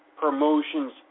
promotions